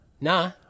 Nah